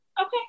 Okay